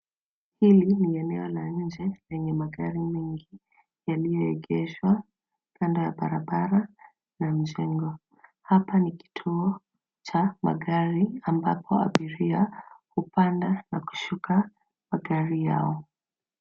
Hili ni eneo la nje lenye magari mengi, yaliyoegeshwa kando ya barabara na mijengo. Hapa ni kituo cha magari, ambapo abiria hupanda na kushuka magari yao.